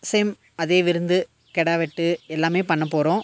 same அதே விருந்து கிடா வெட்டு எல்லாமே பண்ணப் போகிறோம்